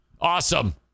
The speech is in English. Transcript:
Awesome